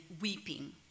weeping